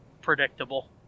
predictable